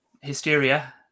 hysteria